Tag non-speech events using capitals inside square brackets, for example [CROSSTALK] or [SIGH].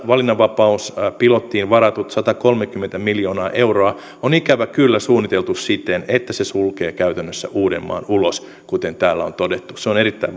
valinnanvapauspilottiin varatut satakolmekymmentä miljoonaa euroa on ikävä kyllä suunniteltu siten että se sulkee käytännössä uudenmaan ulos kuten täällä on todettu se on erittäin [UNINTELLIGIBLE]